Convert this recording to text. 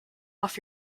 off